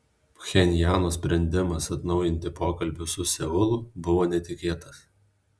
pchenjano sprendimas atnaujinti pokalbius su seulu buvo netikėtas